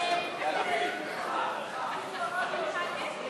את הצעת חוק